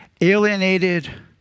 alienated